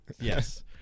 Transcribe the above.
yes